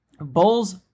Bulls